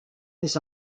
this